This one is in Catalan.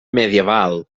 medieval